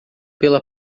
pela